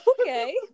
okay